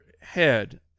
head